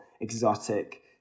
exotic